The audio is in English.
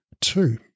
Two